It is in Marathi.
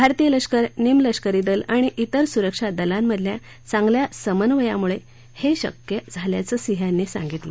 भारतीय लष्कर निमलषकरी दलं आणि विर सुरक्षा दलांमधल्या चांगल्या समन्यवयामुळे हे शक्य झाल्याचं सिंह यांनी सांगितलं